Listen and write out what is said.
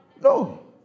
No